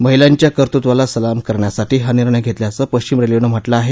महिलांच्या कर्तृत्वाला सलाम करण्यासाठी हा निर्णय घेतल्याचं पश्चिम रेल्वेने म्हटलं आहे